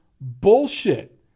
bullshit